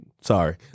Sorry